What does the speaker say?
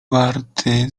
warty